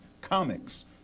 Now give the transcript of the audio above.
comics